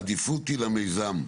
העדיפות היא למיזם.